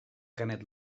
canet